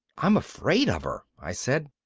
i'm afraid of her, i said.